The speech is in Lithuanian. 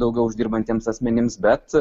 daugiau uždirbantiems asmenims bet